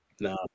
No